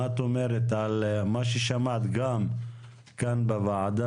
מה את אומרת על מה ששמעת גם כאן בוועדה